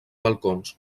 balcons